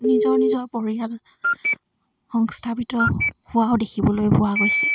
নিজৰ নিজৰ পৰিয়াল সংস্থাপিত হোৱাও দেখিবলৈ পোৱা গৈছে